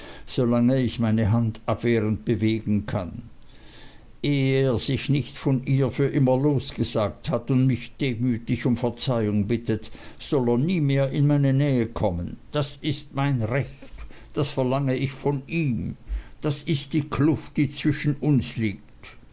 ich meine hand abwehrend bewegen kann ehe er sich nicht von ihr für immer losgesagt hat und mich demütig um verzeihung bittet soll er nie mehr in meine nähe kommen das ist mein recht das verlange ich von ihm das ist die kluft die zwischen uns liegt